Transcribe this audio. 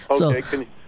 Okay